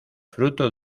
fruto